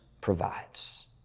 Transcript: provides